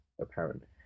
apparent